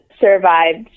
survived